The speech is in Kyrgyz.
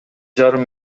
жарым